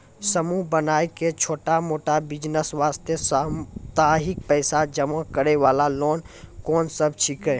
समूह बनाय के छोटा मोटा बिज़नेस वास्ते साप्ताहिक पैसा जमा करे वाला लोन कोंन सब छीके?